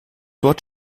dort